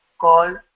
called